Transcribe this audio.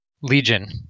Legion